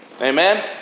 Amen